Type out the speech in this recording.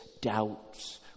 doubts